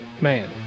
man